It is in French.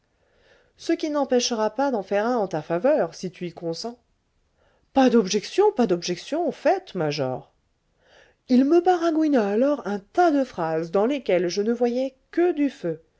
ce qui n'empêchera pas d'en faire un en ta faveur si tu y consens pas d'objection pas d'objection faites major il me baragouina alors un tas de phrases dans lesquelles je ne voyais que du feu